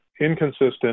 inconsistent